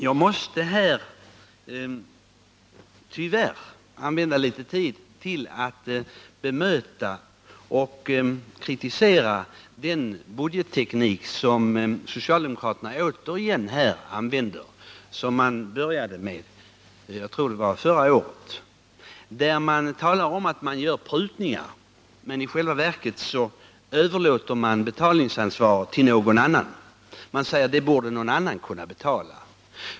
Jag måste här tyvärr använda litet tid till att bemöta och kritisera den budgetteknik som socialdemokraterna återigen använt — och som de började tillämpa förra året, tror jag det var. Man talar om att man gör prutningar, men i själva verket överlåter man betalningsansvaret till någon annan. Man säger: Det borde någon annan kunna betala!